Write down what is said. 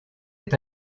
est